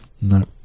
No